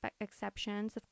exceptions